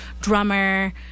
drummer